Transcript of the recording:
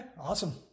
awesome